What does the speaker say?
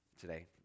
today